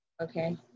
okay